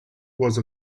was